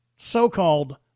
so-called